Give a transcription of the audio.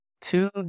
two